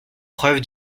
preuve